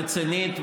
רצינית,